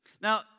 Now